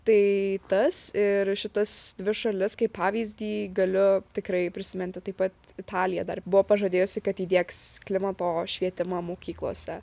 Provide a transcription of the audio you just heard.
tai tas ir šitas dvi šalis kaip pavyzdį galiu tikrai prisiminti taip pat italija dar buvo pažadėjusi kad įdiegs klimato švietimą mokyklose